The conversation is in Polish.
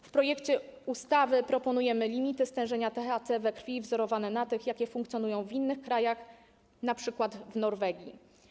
W projekcie ustawy proponujemy limity stężenia THC we krwi wzorowane na tych, jakie funkcjonują w innych krajach, np. w Norwegii.